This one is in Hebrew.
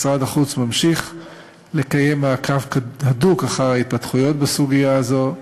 משרד החוץ ממשיך לקיים מעקב הדוק אחר ההתפתחויות בסוגיה הזאת,